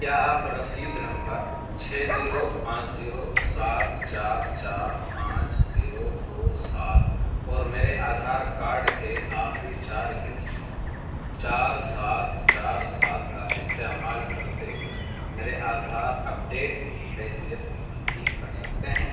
کیا آپ رسید نمبر چھ زیرو پانچ زیرو سات چار چار پانچ زیرو دو سات اور میرے آدھار کارڈ کے آخری چار ہندسوں چار سات چار سات کا استعمال کرتے ہوئے میرے آدھار اپڈیٹ کی حیثیت کی تصدیق کر سکتے ہیں